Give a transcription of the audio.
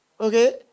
Okay